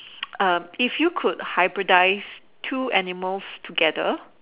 uh if you could hybridise two animals together